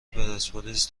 پرسپولیس